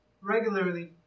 regularly